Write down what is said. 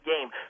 game